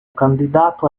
candidato